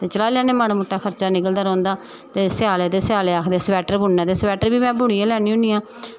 ते चलाई लैने माड़ा मुट्टा खर्चा निकलदा रौंह्दा ते सेआलै ते सेआलै खक्खदे स्वेटर बुनना ते स्वेटर बी में बुनी गै लैन्नी होन्नी आं